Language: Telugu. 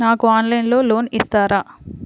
నాకు ఆన్లైన్లో లోన్ ఇస్తారా?